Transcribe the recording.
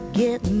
get